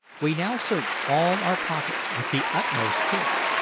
we now searched all our pockets with the utmost care,